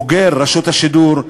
בוגר רשות השידור,